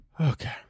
Okay